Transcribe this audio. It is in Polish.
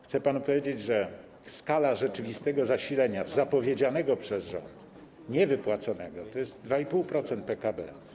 Chcę panu powiedzieć, że skala rzeczywistego zasilenia zapowiedzianego przez rząd, niewypłaconego, wynosi 2,5% PKB.